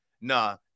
nah